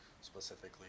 specifically